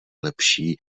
lepší